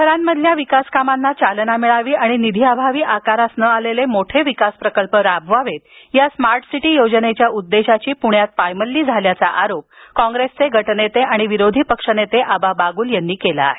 शहरांमधील विकासकामांना चालना मिळावी आणि निधी अभावी आकारास न आलेले मोठे विकास प्रकल्प राबवावे या स्मार्ट सिटी योजनेच्या उद्देशाची प्ण्यात पायमल्ली झाली असा आरोप काँग्रेस पक्षाचे गटनेते आणि विरोधी पक्षनेते आबा बागुल यांनी केला आहे